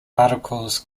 particles